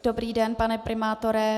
Dobrý den, pane primátore.